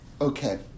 Okay